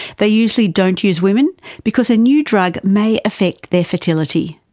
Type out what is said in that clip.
they usually don't use women because a new drug may affect their fertility.